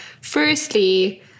firstly